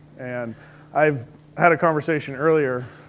and i've had a conversation earlier.